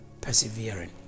persevering